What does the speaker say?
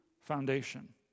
foundation